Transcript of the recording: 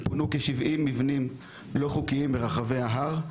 פונו כ-70 מבנים לא חוקיים ברחבי ההר,